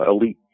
elite